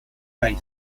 air